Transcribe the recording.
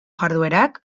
jarduerak